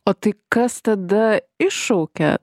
o tai kas tada iššaukia